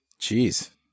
Jeez